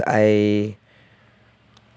I